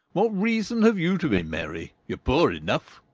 what reason have you to be merry? you're poor enough.